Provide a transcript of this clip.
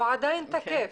הוא עדיין בתוקף.